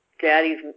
Daddy's